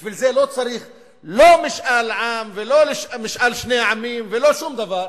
בשביל זה לא צריך לא משאל עם ולא משאל שני העמים ולא שום דבר.